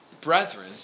brethren